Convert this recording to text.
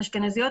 אשכנזיות,